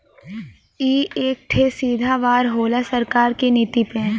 ई एक ठे सीधा वार होला सरकार की नीति पे